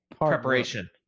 preparation